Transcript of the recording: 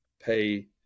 pay